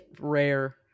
rare